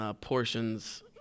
portions